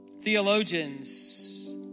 theologians